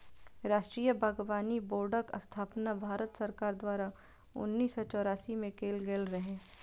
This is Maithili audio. राष्ट्रीय बागबानी बोर्डक स्थापना भारत सरकार द्वारा उन्नैस सय चौरासी मे कैल गेल रहै